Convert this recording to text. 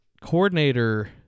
coordinator